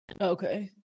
okay